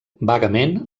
vagament